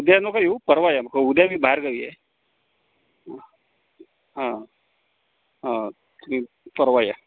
उद्या नका येऊ परवा या उद्या मी बाहेरगावी आहे हां हां परवा या